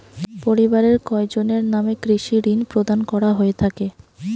পরিবারের কয়জনের নামে কৃষি ঋণ প্রদান করা হয়ে থাকে?